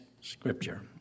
scripture